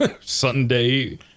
sunday